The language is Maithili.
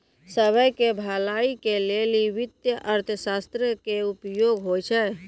सभ्भे के भलाई के लेली वित्तीय अर्थशास्त्रो के उपयोग होय छै